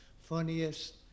funniest